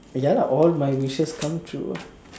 ya all my wishes come true lah